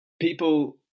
people